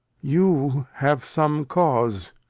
you have some cause,